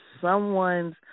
someone's